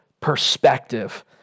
perspective